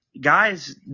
Guys